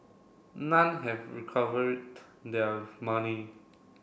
none have recovered their money